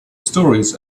stories